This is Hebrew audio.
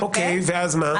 ואז מה?